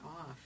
off